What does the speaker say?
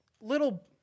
little